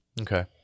Okay